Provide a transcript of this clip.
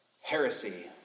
heresy